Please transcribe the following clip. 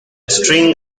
string